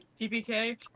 TPK